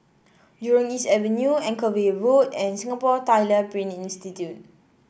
Jurong East Avenue Anchorvale Road and Singapore Tyler Print Institute